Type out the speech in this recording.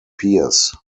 pierce